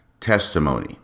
testimony